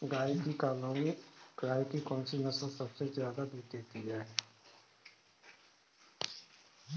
गाय की कौनसी नस्ल सबसे ज्यादा दूध देती है?